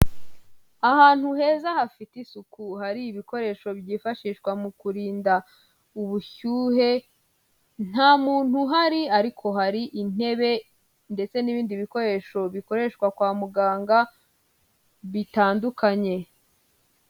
Ahantu heza hafite isuku hari ibikoresho byifashishwa mu kurinda ubushyuhe. Ntamuntu uhari ariko hari intebe ndetse n'ibindi bikoresho bikoreshwa kwa muganga bitandukanye.